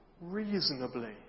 reasonably